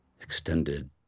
extended